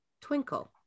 twinkle